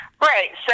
Right